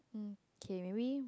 um kay maybe